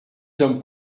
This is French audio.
sommes